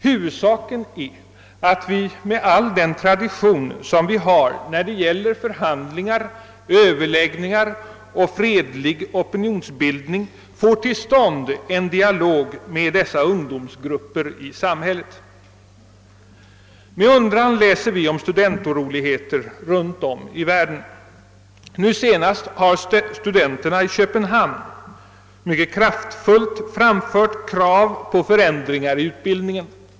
Huvudsaken är att vi — med all den tradition som vi har när det gäller förhandlingar, överläggningar och fredlig opinionsbildning — får till stånd en dialog med dessa ungdomsgrupper i samhället. Med undran läser vi om studentoroligheter runtom i världen. Nu senast har studenterna i Köpenhamn mycket kraftfullt framfört krav på förändringar i utbildningen.